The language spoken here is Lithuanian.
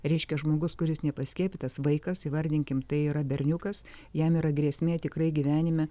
reiškia žmogus kuris nepaskiepytas vaikas įvardinkim tai yra berniukas jam yra grėsmė tikrai gyvenime